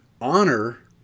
honor